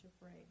afraid